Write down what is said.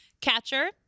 Catcher